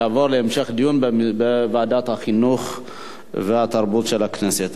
תועבר להמשך דיון בוועדת החינוך והתרבות של הכנסת.